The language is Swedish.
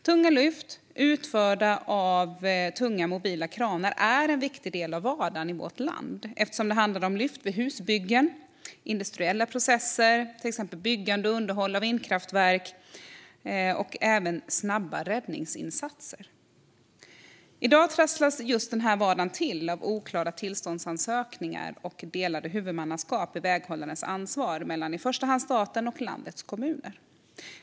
Tunga lyft utförda av tunga mobila kranar är en viktig del av vardagen i vårt land eftersom det handlar om lyft vid husbyggen, vid industriella processer som till exempel byggande och underhåll av vindkraftverk och även vid snabba räddningsinsatser. I dag trasslas just denna vardag till av oklara tillståndsansökningar och delade huvudmannaskap för väghållarens ansvar mellan i första hand staten och landets kommuner.